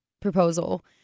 proposal